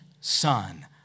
Son